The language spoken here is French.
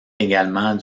également